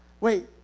Wait